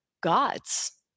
gods